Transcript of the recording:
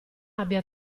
abbia